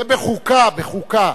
זה בחוקה, בחוקה.